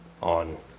on